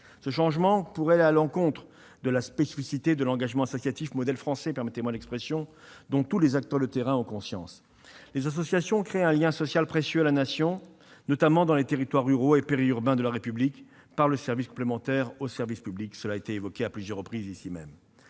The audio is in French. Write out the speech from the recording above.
Ce changement pourrait aller à l'encontre de la spécificité du modèle français d'engagement associatif, dont tous les acteurs de terrain ont conscience. Les associations créent un lien social précieux à la Nation, notamment dans les territoires ruraux et périurbains de la République, par le service complémentaire au service public. Cela a été évoqué. Le risque